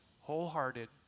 wholehearted